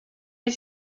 les